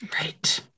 Right